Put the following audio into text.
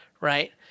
right